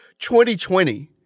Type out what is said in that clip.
2020